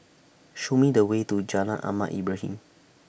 Show Me The Way to Jalan Ahmad Ibrahim